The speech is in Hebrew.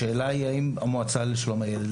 השאלה היא האם המועצה לשלום הילד,